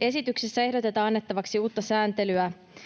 Esityksessä ehdotetaan annettavaksi uutta sääntelyä